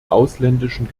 ausländischen